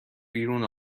بیرون